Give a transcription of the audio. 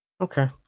Okay